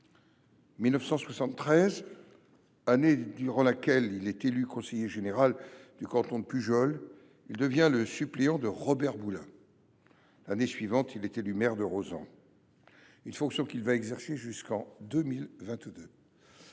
1973, année durant laquelle il fut élu conseiller général du canton de Pujols, il devint suppléant de Robert Boulin. L’année suivante, il fut élu maire de Rauzan, fonction qu’il a exercée jusqu’en 2022.